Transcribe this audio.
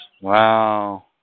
Wow